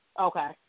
Okay